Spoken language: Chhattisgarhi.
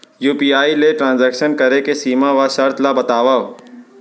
यू.पी.आई ले ट्रांजेक्शन करे के सीमा व शर्त ला बतावव?